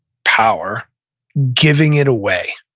power giving it away.